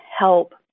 help